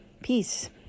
Peace